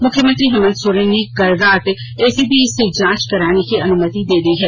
मुख्यमंत्री हेमंत सोरेन ने कल रात एसीबी से जांच कराने की अनुमति दी है